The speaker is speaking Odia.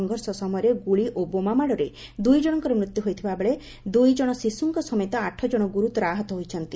ସଂଘର୍ଷ ସମୟରେ ଗୁଳି ଓ ବୋମା ମାଡ଼ରେ ଦୁଇଜଶଙ୍କ ମୃତ୍ୟୁ ହୋଇଥିବାବେଳେ ଦୁଇଜଶ ଶିଶୁଙ୍କ ସମେତ ଆଠଜଣ ଗୁରୁତର ଆହତ ହୋଇଛନ୍ତି